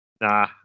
Nah